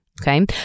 Okay